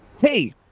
Hey